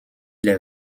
les